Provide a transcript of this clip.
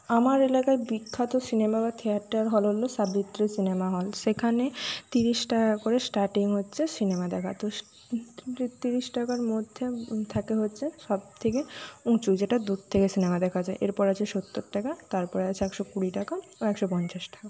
আমার এলাকায় বিখ্যাত সিনেমা বা থিয়েটার হল হলো সাবিত্রী সিনেমা হল সেখানে তিরিশ টাকা করে স্টার্টিং হচ্ছে সিনেমা দেখার তো তিরিশ টাকার মধ্যে থাকে হচ্ছে সবথেকে উঁচু যেটা দূর থেকে সিনেমা দেখা যায় এরপর আছে সত্তর টাকা তারপর আছে একশো কুড়ি টাকা ও একশো পঞ্চাশ টাকা